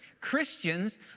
Christians